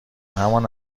همان